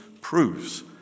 proves